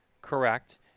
Correct